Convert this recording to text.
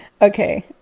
okay